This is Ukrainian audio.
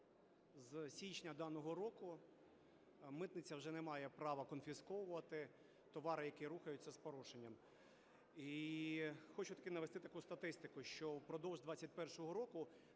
З січня даного року митниця вже не має права конфісковувати товари, які рухаються з порушеннями. Хочу навести таку статистику, що впродовж 2021 року